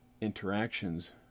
interactions